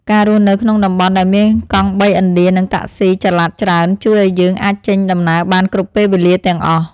ការរស់នៅក្នុងតំបន់ដែលមានកង់បីឥណ្ឌានិងតាក់ស៊ីចល័តច្រើនជួយឱ្យយើងអាចចេញដំណើរបានគ្រប់ពេលវេលាទាំងអស់។